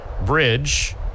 bridge